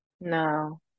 No